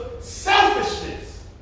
selfishness